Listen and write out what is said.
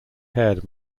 haired